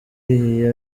iyi